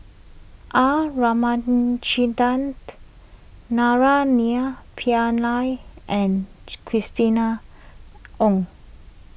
R Ramachandran Naraina Pillai and Christina Ong